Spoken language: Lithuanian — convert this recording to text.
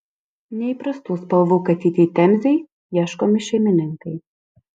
neįprastų spalvų katytei temzei ieškomi šeimininkai